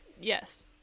yes